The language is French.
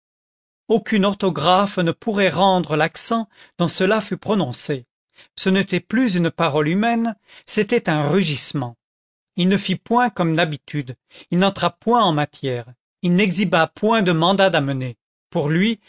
aucune orthographe ne pourrait rendre l'accent dont cela fut prononcé ce n'était plus une parole humaine c'était un rugissement il ne fit point comme d'habitude il n'entra point en matière il n'exhiba point de mandat d'amener pour lui